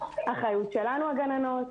אחריות שלנו הגננות.